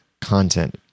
content